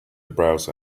browser